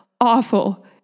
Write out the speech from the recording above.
awful